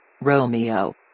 Romeo